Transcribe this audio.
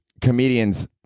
comedians